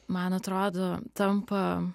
man atrodo tampa